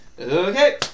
okay